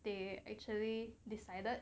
they actually decided